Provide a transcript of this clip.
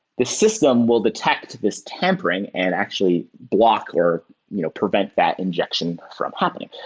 the system will detect this tampering and actually block or you know prevent that injection from happening.